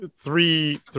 three